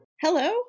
Hello